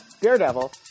Daredevil